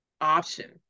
option